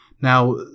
Now